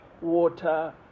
water